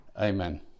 amen